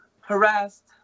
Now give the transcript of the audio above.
harassed